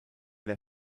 der